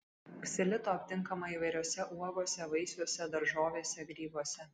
ksilito aptinkama įvairiose uogose vaisiuose daržovėse grybuose